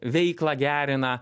veiklą gerina